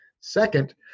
second